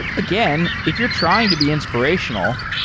again, if you're trying to be inspirationa l,